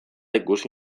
ikusi